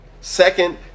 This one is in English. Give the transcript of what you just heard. Second